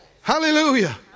Hallelujah